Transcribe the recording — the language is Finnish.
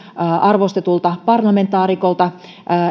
arvostetulta parlamentaarikolta